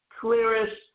clearest